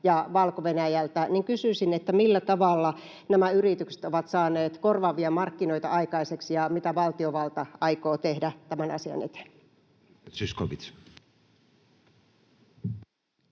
ja Valko-Venäjältä. Kysyisin, että millä tavalla nämä yritykset ovat saaneet korvaavia markkinoita aikaiseksi ja mitä valtiovalta aikoo tehdä tämän asian eteen.